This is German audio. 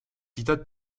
dieter